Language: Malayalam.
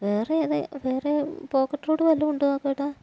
വേറെ ഏത് വേറെ പോക്കറ്റ് റോഡ് വല്ലതും ഉണ്ടോ നോക്ക് ഏട്ടാ